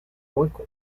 vocals